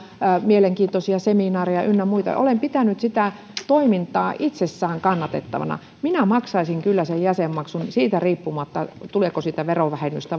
mielenkiintoisia seminaareja ynnä muita olen pitänyt sitä toimintaa itsessään kannatettavana minä maksaisin kyllä sen jäsenmaksun riippumatta siitä tuleeko siitä verovähennystä